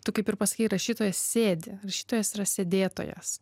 tu kaip ir pasakei rašytoja sėdi rašytojas yra sėdėtojas